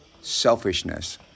Selfishness